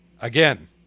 Again